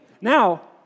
Now